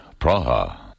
Praha